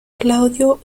claudio